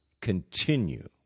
continue